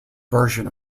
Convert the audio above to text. version